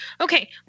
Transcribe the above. okay